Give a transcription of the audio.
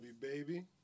baby